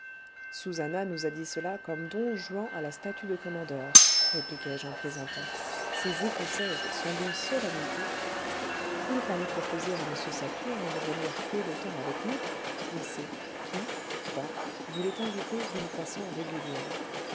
susannah vous a dit cela comme don juan à la statue de commandeur répliquai-je en plaisantant ces écossaises sont d'une solennité il fallait proposer à m saturne de venir tuer le temps avec nous dit c qui froid voulait inviter d'une façon régulière